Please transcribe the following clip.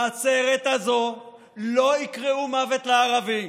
בעצרת הזו לא יקראו "מוות לערבים",